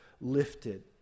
lifted